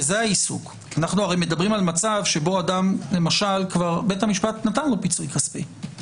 אנחנו מדברים על מצב שבו בית המשפט נתן פיצוי כספי למישהו.